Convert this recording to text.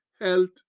health